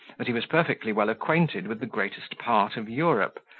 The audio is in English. that he was perfectly well acquainted with the greatest part of europe,